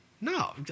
No